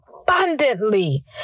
abundantly